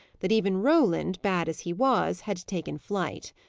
that even roland, bad as he was, had taken flight.